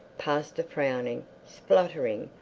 past the frowning, spluttering,